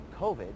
COVID